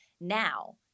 now